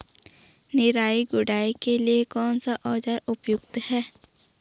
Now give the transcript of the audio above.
निराई गुड़ाई के लिए कौन सा औज़ार उपयुक्त है?